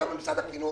כמה משרד החינוך?